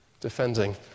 defending